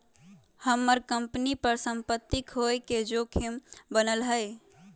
हम्मर कंपनी पर सम्पत्ति खोये के जोखिम बनल हई